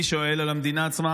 אני שואל על המדינה עצמה,